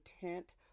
tent